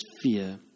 fear